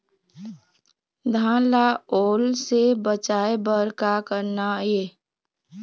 धान ला ओल से बचाए बर का करना ये?